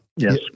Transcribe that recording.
Yes